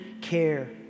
care